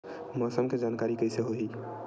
मौसम के जानकारी कइसे होही?